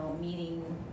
meeting